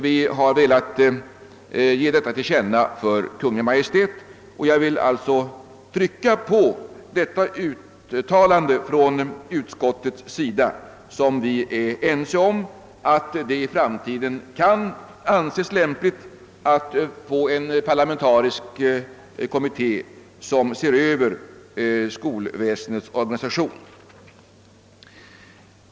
Vi har velat ge detta till känna för Kungl. Maj:t. Jag har velat trycka på detta uttalande från utskottet som vi är ense om, nämligen att det i framtiden kan anses lämpligt att få till stånd en parlamentarisk konmmitté som ser över skolväsendets organisation.